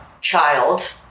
child